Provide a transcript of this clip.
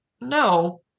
No